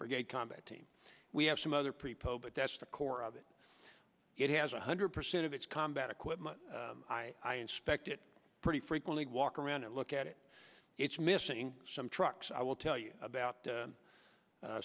brigade combat team we have some other people but that's the core of it it has one hundred percent of its combat equipment i inspect it pretty frequently walk around and look at it it's missing some trucks i will tell you about